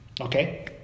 Okay